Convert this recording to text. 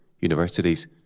universities